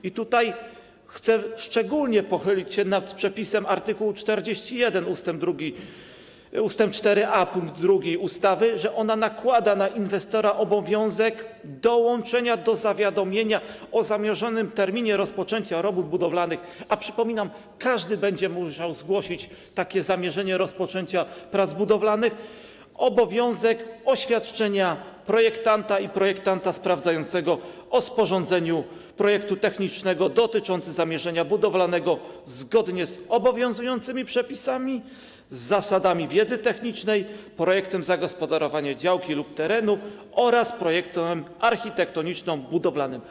I tutaj chcę szczególnie pochylić się nad przepisem art. 41 ust. 4a pkt 2 ustawy, jako że on nakłada na inwestora obowiązek dołączenia do zawiadomienia o zamierzonym terminie rozpoczęcia robót budowlanych - a przypominam, że każdy będzie musiał złożyć takie zawiadomienie o zamierzeniu rozpoczęcia prac budowlanych - oświadczenia projektanta i projektanta sprawdzającego o sporządzeniu projektu technicznego dotyczącego zamierzenia budowalnego zgodnie z obowiązującymi przepisami, z zasadami wiedzy technicznej, projektem zagospodarowania działki lub terenu oraz projektem architektoniczno-budowlanym.